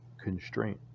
Constraint